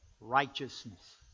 righteousness